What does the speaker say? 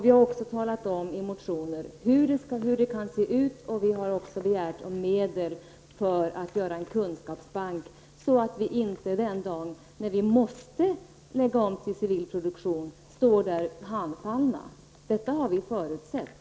Vi har också talat om i motioner hur det kan se ut, och vi har begärt medel för att göra en kunskapsbank så att vi inte står handfallna den dag vi måste lägga om till civil produktion. Detta har vi förutsett.